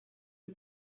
who